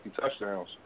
touchdowns